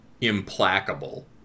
implacable